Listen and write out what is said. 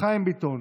חיים ביטון,